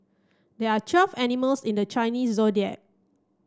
there are twelve animals in the Chinese Zodiac